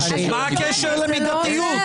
מה הקשר למידתיות?